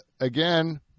again